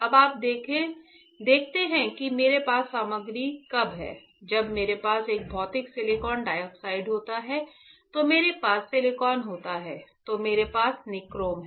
तो आप देखते हैं कि मेरे पास सामग्री कब है जब मेरे पास एक भौतिक सिलिकॉन डाइऑक्साइड होता है तो मेरे पास सिलिकॉन होता है तो मेरे पास निक्रोम है